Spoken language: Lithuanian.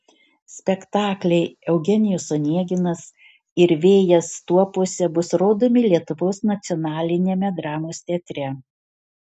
spektakliai eugenijus oneginas ir vėjas tuopose bus rodomi lietuvos nacionaliniame dramos teatre